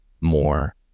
more